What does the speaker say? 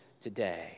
today